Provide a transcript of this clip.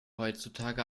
heutzutage